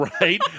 right